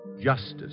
Justice